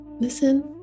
Listen